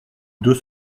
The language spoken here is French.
deux